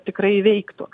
tikrai veiktų